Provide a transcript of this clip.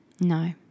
No